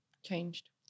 Changed